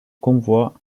convoi